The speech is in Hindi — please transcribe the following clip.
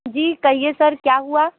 जी कहिए सर क्या हुआ